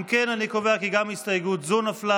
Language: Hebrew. אם כן, אני קובע כי גם הסתייגות זו נפלה.